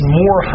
more